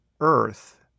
earth